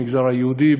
במגזר היהודי,